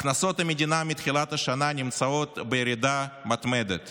הכנסות המדינה מתחילת השנה נמצאות בירידה מתמדת